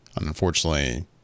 Unfortunately